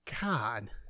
God